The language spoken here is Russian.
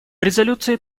резолюции